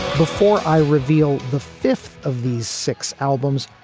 before i reveal the fifth of these six albums,